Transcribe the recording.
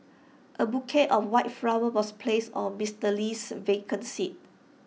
A bouquet of white flowers was placed on Mister Lee's vacant seat